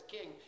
King